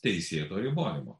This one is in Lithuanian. teisėto ribojimo